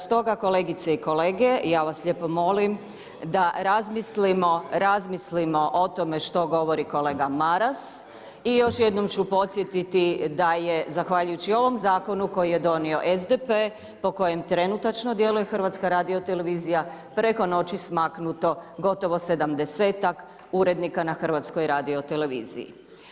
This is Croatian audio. Stoga kolegice i kolege ja vas lijepo molim, da razmislimo, razmislimo o tome što govori kolega Maras i još jednom ću podsjetiti, da je zahvaljujući ovom zakonu koji je donio SDP, po kojem trenutačno djeluje HRT, preko noći smaknuto gotovo 70-tak urednika na HRT-u.